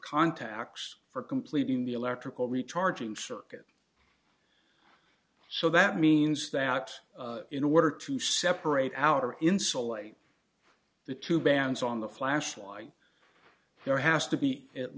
contacts for completing the electrical recharging circuit so that means that in order to separate out or insulate the two bands on the flashlight there has to be at